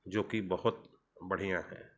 जो कि बहुत बढ़िया है